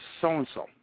So-and-so